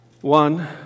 One